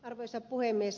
arvoisa puhemies